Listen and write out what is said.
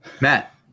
Matt